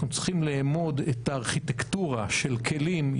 צריכים לאמוד של הארכיטקטורה של כלים,